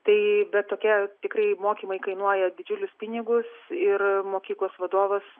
tai bet tokie tikrai mokymai kainuoja didžiulius pinigus ir mokyklos vadovas